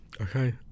Okay